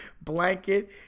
blanket